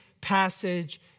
passage